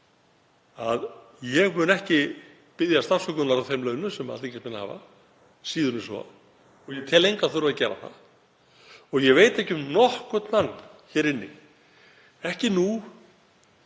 að ég mun ekki biðjast afsökunar á þeim launum sem alþingismenn hafa, síður en svo, og ég tel engan þurfa að gera það. Ég veit ekki um nokkurn mann hér inni, ekki